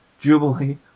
Jubilee